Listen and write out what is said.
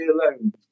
alone